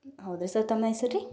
ಹೌದ್ರಿ ಸರ್ ತಮ್ಮ ಹೆಸರು ರೀ